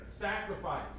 sacrifice